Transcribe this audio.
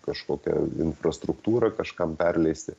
kažkokią infrastruktūrą kažkam perleisti